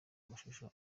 amashusho